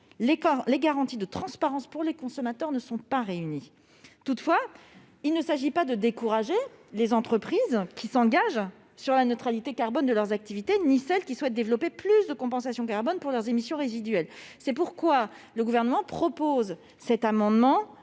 les garanties de transparence pour les consommateurs ne sont pas réunies. Toutefois, il ne s'agit pas de décourager les entreprises qui s'engagent sur la neutralité carbone de leurs activités, ni celles qui souhaitent développer plus de compensation carbone pour leurs émissions résiduelles. C'est pourquoi le Gouvernement propose cet amendement,